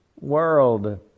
world